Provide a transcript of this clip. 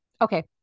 Okay